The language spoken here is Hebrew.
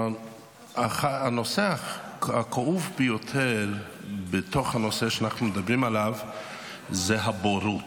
הנושא הכאוב ביותר בתוך הנושא שאנחנו מדברים עלי זה הבורות,